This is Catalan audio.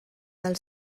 del